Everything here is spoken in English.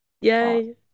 Yay